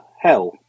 hell